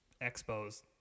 Expos